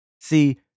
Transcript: See